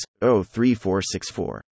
03464